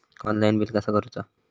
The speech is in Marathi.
ऑनलाइन बिल कसा करुचा?